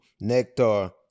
nectar